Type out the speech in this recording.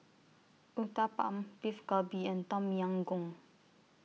Uthapam Beef Galbi and Tom Yam Goong